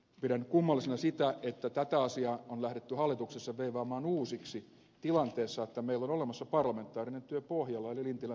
pidän kummallisena sitä että tätä asiaa on lähdetty hallituksessa veivaamaan uusiksi tilanteessa että meillä on olemassa parlamentaarinen työ pohjalla eli lintilän työryhmän ehdotukset